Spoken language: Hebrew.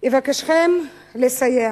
אבקשכם לסייע.